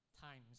times